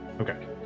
Okay